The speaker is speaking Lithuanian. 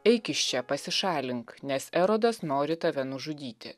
eik iš čia pasišalink nes erodas nori tave nužudyti